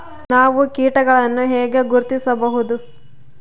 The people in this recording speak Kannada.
ನಾವು ಕೇಟಗಳನ್ನು ಹೆಂಗ ಗುರ್ತಿಸಬಹುದು?